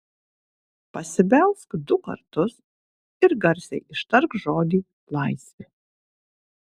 pasibelsk du kartus ir garsiai ištark žodį laisvė